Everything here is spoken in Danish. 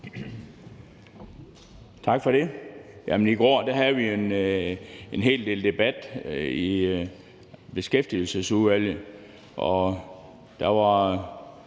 Tak for det. I går havde vi jo en hel del debat i Beskæftigelsesudvalget, og der var